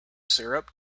syrup